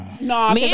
No